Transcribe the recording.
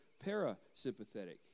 parasympathetic